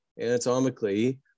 anatomically